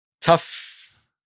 tough